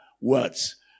words